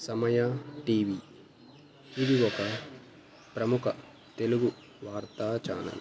సమయా TV ఇది ఒక ప్రముఖ తెలుగు వార్తా ఛానల్